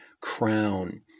crown